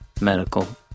medical